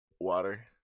water